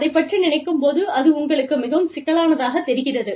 அதைப் பற்றி நினைக்கும் போது அது உங்களுக்கு மிகவும் சிக்கலானதாக தெரிகிறது